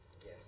Yes